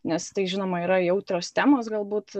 nes tai žinoma yra jautrios temos galbūt